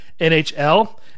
NHL